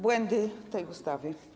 Błędy tej ustawy.